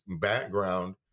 background